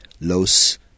Los